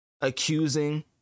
accusing